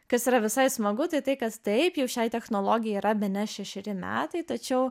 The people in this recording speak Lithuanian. kas yra visai smagu tai tai kas taip jau šiai technologijai yra bene šešeri metai tačiau